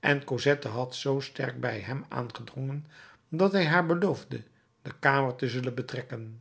en cosette had zoo sterk bij hem aangedrongen dat hij haar beloofde de kamer te zullen betrekken